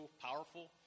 powerful